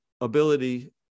ability